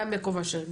גם יעקב אשר,